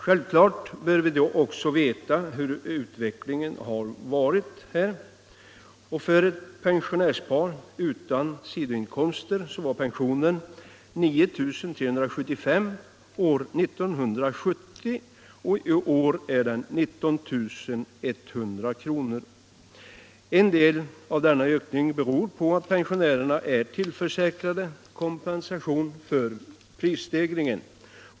Självfallet bör vi då också veta vilken utvecklingen på detta område varit. För ett pensionärspar utan sidoinkomster var pensionen 9 375 kr. år 1970. I år är den 19100 kr. En del av denna ökning beror på att pensionärerna är tillförsäkrade kompensation för prisstegringen.